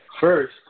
First